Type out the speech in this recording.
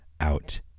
out